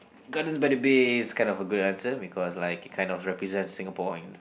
Gardens by the Bay is kind of a good answer because like it kind of represents Singapore in